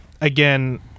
again